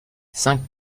cinq